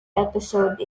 episode